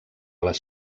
les